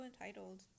entitled